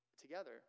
together